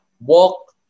walk